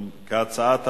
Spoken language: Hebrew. כהצעת הוועדה.